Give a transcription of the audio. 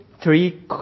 three